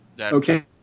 okay